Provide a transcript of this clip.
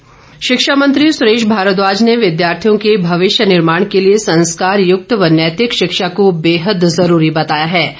भारद्वाज हंसराज शिक्षा मंत्री सुरेश भारद्वाज ने विद्यार्थियों के भविष्य निर्माण के लिए संस्कारयुक्त व नैतिक शिक्षा को बेहद जरूरी बताया है ै